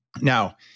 Now